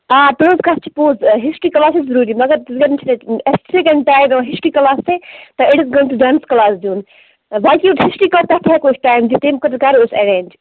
آ تُہنز کَتھ چھِِ پوٚز ہسٹری کٕلاس چھُ ضروری مگر ہسٹری کٕلاس سۭتۍ أڈس گٲنٹس ڈانس کالاس دِین باقی یُس ہسٹری تَتھ ہیٚکو أسۍ ٹیم دِتھ تیمہِ خٲطرٕ کَرو أسۍ ایریٖنج